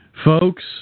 Folks